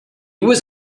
was